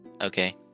okay